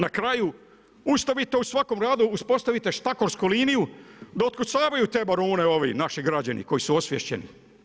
Na kraju, ustavito u svakom radu uspostavite štakorsku liniju da otkucavaju te baruni ovi naši građani koji su osviješćeni.